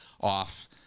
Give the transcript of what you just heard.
off